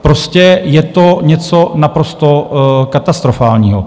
Prostě je to něco naprosto katastrofálního.